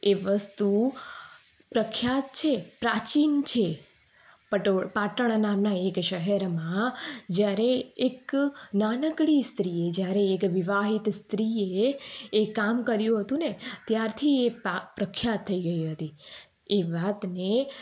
એ વસ્તુ પ્રખ્યાત છે પ્રાચીન છે કે શહેરમાં જ્યારે એક નાનકડી સ્ત્રીએ જ્યારે એક વિવાહિત સ્ત્રીએ એ કામ કર્યું હતું ને ત્યારથી એ પ્રખ્યાત થઈ ગઈ હતી એ વાતને